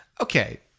Okay